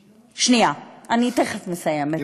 שנייה, אני תכף מסיימת.